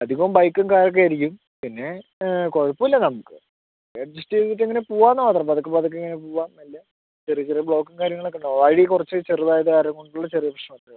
അധികം ബൈക്കും കാറൊക്കെ ആയിരിക്കും പിന്നെ കുഴപ്പമില്ല നമുക്ക് അഡ്ജസ്റ്റ് ചെയ്തിട്ട് അങ്ങനെ പോവാമെന്ന് മാത്രം പതുക്കെ പതുക്കെ ഇങ്ങനെ പോവാം മെല്ലെ ചെറിയ ചെറിയ ബ്ലോക്കും കാര്യങ്ങളുമൊക്കെ ഉണ്ടാവും വഴി കുറച്ചു ചെറുതായത് കാരണം കൊണ്ടുള്ള ചെറിയ പ്രശ്നങ്ങൾ അത്രേയുള്ളൂ